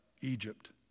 Egypt